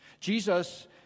Jesus